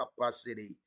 capacity